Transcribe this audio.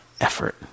effort